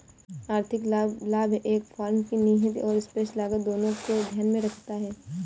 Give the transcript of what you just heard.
आर्थिक लाभ एक फर्म की निहित और स्पष्ट लागत दोनों को ध्यान में रखता है